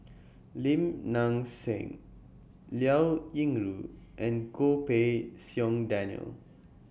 Lim Nang Seng Liao Yingru and Goh Pei Siong Daniel